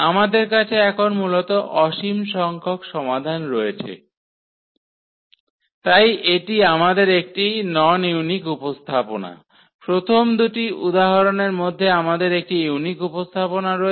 আমাদের কাছে এখন মূলত অসীম সংখ্যক সমাধান রয়েছে তাই এটি আমাদের একটি নন ইউনিক উপস্থাপনা প্রথম দুটি উদাহরণের মধ্যে আমাদের একটি ইউনিক উপস্থাপনা রয়েছে